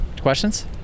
Questions